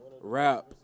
rap